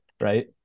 Right